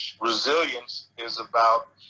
resilience is about